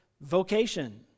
vocation